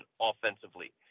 offensively